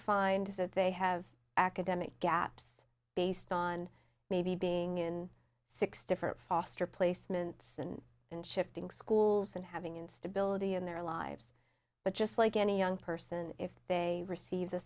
find that they have academic gaps based on maybe being in six different foster placements and and shifting schools and having instability in their lives but just like any young person if they receive the